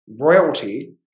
royalty